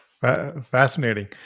fascinating